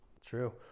True